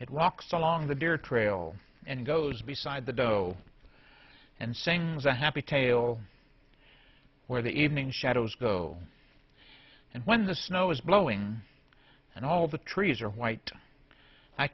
walks along the deer trail and goes beside the dough and sings a happy tale where the evening shadows go and when the snow is blowing and all the trees are white i